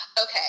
Okay